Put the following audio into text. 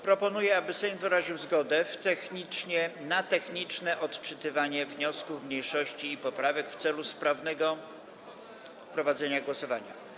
Proponuję, aby Sejm wyraził zgodę na techniczne odczytywanie wniosków mniejszości i poprawek w celu sprawnego prowadzenia głosowania.